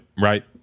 Right